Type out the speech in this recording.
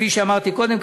כפי שאמרתי קודם,